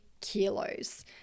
kilos